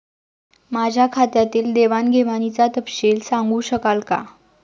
माझ्या खात्यातील देवाणघेवाणीचा तपशील सांगू शकाल काय?